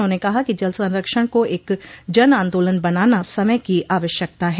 उन्होंने कहा कि जल संरक्षण को एक जन आन्दोलन बनाना समय की आवश्यकता है